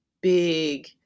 big